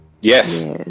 Yes